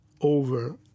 over